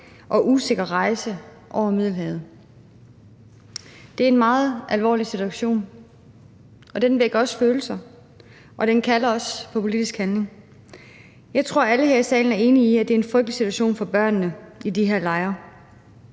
og usikker rejse over Middelhavet. Det er en meget alvorlig situation, og den vækker også følelser, og den kalder også på politisk handling. Jeg tror, alle her i salen er enige i, at det er en frygtelig situation for børnene i de her lejre.